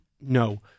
no